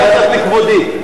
מתחת לכבודי.